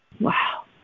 Wow